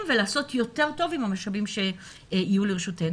ולעשות יותר טוב עם המשאבים שיהיו לרשותנו.